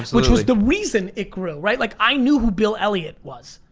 which was the reason it grew, right? like i knew who bill elliot was.